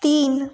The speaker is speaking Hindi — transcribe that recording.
तीन